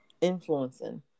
influencing